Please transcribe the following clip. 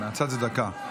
מהצד זה דקה.